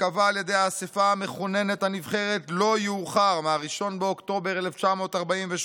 שתיקבע על ידי האספה המכוננת הנבחרת לא יאוחר מ-1 באוקטובר 1948,